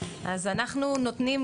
אז אנחנו נותנים,